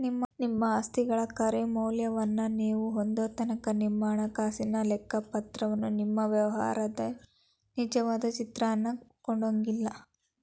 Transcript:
ನಿಮ್ಮ ಆಸ್ತಿಗಳ ಖರೆ ಮೌಲ್ಯವನ್ನ ನೇವು ಹೊಂದೊತನಕಾ ನಿಮ್ಮ ಹಣಕಾಸಿನ ಲೆಕ್ಕಪತ್ರವ ನಿಮ್ಮ ವ್ಯವಹಾರದ ನಿಜವಾದ ಚಿತ್ರಾನ ಕೊಡಂಗಿಲ್ಲಾ